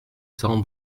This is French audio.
cents